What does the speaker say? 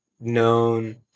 known